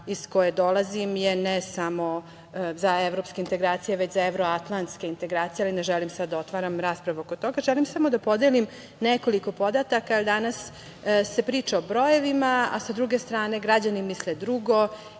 iz koje dolazim, je ne samo za evropske integracije, već za evroatlanske integracije ali ne želim sad da otvaram raspravu oko toga, želim samo da podelim nekoliko podataka. Danas se priča o brojevima a sa, druge strane, građani misle drugo.